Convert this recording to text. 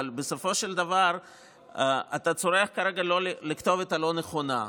אבל בסופו של דבר אתה צורח כרגע על הכתובת הלא-נכונה.